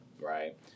Right